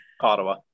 Ottawa